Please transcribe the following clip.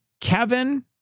Kevin